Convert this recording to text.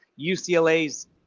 UCLA's